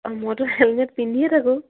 মইতো হেলমেট পিন্ধিয়েই থাকোঁ